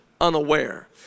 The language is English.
unaware